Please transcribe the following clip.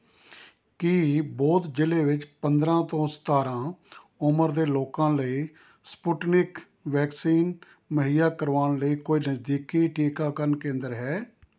ਕੀ ਬੌਧ ਜ਼ਿਲ੍ਹੇ ਵਿੱਚ ਪੰਦਰਾਂ ਤੋਂ ਸਤਾਰਾਂ ਉਮਰ ਦੇ ਲੋਕਾਂ ਲਈ ਸਪੁਟਨਿਕ ਵੈਕਸੀਨ ਮੁਹੱਈਆ ਕਰਵਾਉਣ ਲਈ ਕੋਈ ਨਜ਼ਦੀਕੀ ਟੀਕਾਕਰਨ ਕੇਂਦਰ ਹੈ